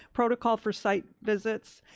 protocol for site visits.